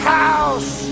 house